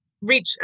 reach